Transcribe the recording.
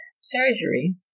surgery